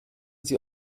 sie